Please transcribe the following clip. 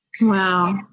Wow